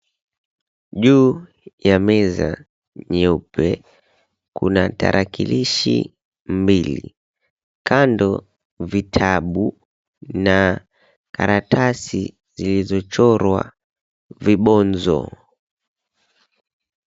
Juu ya meza nyeupe, kuna tarakilishi mbili. Kando, vitabu na karatasi zilizochorwa vibonzo.